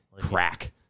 crack